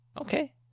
Okay